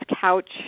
couch